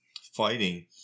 fighting